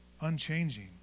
unchanging